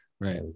Right